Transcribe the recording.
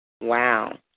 Wow